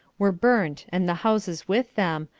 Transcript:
were burnt, and the houses with them,